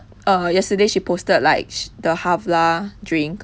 drink